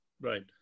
Right